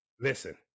Listen